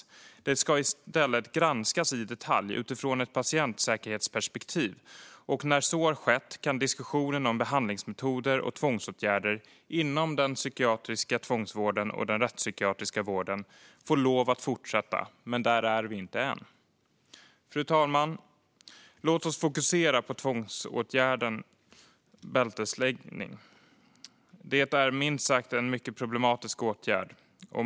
De ska i stället granskas i detalj utifrån ett patientsäkerhetsperspektiv. När så har skett kan diskussionen om behandlingsmetoder och tvångsåtgärder inom den psykiatriska tvångsvården och den rättspsykiatriska vården få lov att fortsätta, men där är vi inte än. Fru talman! Låt oss fokusera på tvångsåtgärden bältesläggning. Det är minst sagt en mycket problematisk åtgärd.